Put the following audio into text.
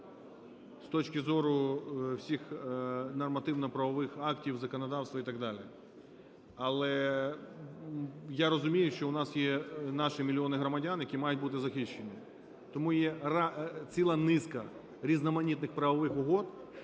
з точки зору всіх нормативно-правових актів, законодавства і так далі. Але я розумію, що у нас є наші мільйони громадян, які мають бути захищені. Тому є ціла низка різноманітних правових угод,